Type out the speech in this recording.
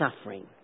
suffering